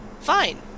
fine